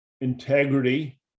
integrity